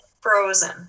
frozen